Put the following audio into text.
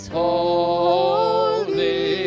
holy